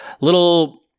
little